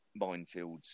minefields